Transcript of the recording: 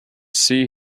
see